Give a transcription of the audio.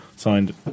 signed